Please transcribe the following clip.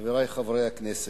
חברי חברי הכנסת,